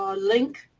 ah link.